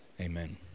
Amen